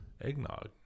Eggnog